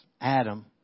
Adam